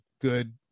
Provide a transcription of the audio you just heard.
good